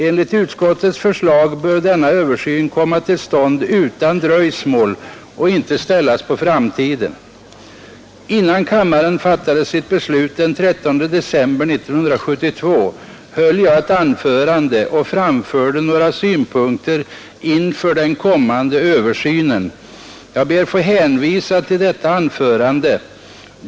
Enligt utskottets förslag bör denna översyn komma till stånd utan dröjsmål och inte ställas på framtiden. Innan kammaren fattade sitt beslut den 13 december 1972 höll jag ett anförande och framförde några synpunkter inför den kommande översynen. Jag ber att få hänvisa till detta anförande.